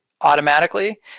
automatically